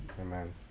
Amen